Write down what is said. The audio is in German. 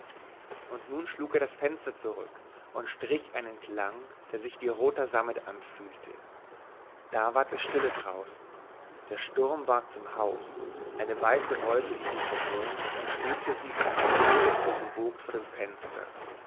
und nun schlug er das fenster zurück und strich einen klang der sich wie roter sammet anfühlte da ward es stille draußen der sturm ward zum hauch eine weiße wolke fiel vom mond und schwebte wie von einer sehnsucht durchwogt vor dem fenster